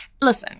Listen